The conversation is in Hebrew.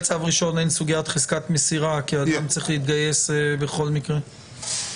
עלתה הצעה להוסיף לרשימת הדברים שצריכים להיקבע בתקנות עוד שני